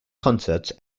concerts